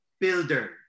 builder